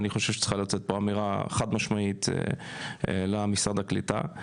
אני חושב שצריכה לצאת פה אמירה חד משמעית למשרד הקליטה.